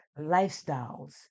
lifestyles